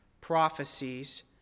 prophecies